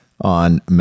on